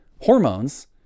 hormones